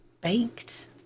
baked